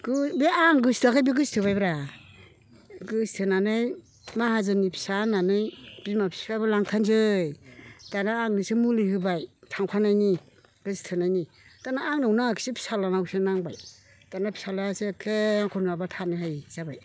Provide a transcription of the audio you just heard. आं गोसोथोआखै बे गोसोथोबायब्रा गोसो थोनानै माहाजोननि फिसा होननानै बिमा बिफायाबो लांखानोसै दानिया आंनोसो मुलि होबाय थांफानायनि गोसोथोनायनि दानिया आंनाव नाङाखिसै फिसालानावसो नांबाय दानिया फिसालायासो एखे आंखौ नङाबा थानो हायि जाबाय